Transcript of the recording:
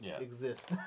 exist